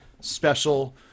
special